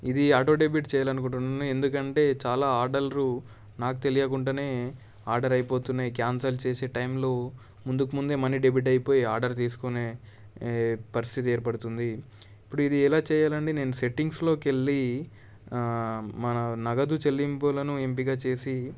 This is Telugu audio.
ఇది ఆటో డెబిట్ చేయాలని అనుకుంటున్నాను ఎందుకంటే చాలా ఆర్డర్లు నాకు తెలియకుండానే ఆర్డర్ అయిపోతున్నాయి క్యాన్సల్ చేసే టైంలో ముందుకు ముందే మనీ డెబిట్ అయిపోయి ఆర్డర్ తీసుకునే పరిస్థితి ఏర్పడుతుంది ఇప్పుడు ఇది ఎలా చేయాలి అండి నేను సెట్టింగ్స్లోకి వెళ్ళి మన నగదు చెల్లింపులను ఎంపిక చేసి